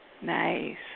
Nice